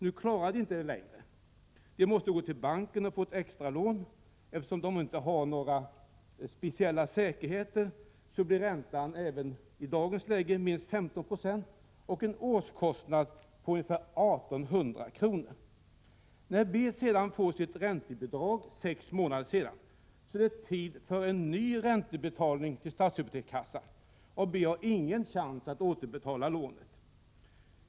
Nu klarar de inte längre det. De måste gå till banken och ta ett extra lån. Eftersom de inte har någon egentlig säkerhet att lämna, blir räntan 15 96 och årskostnaden ca 1 800 kr. När B får sitt räntebidrag sex månader senare, så är det tid för en ny räntebetalning till stadshypotekskassan, och B har ingen chans att återbetala lånet.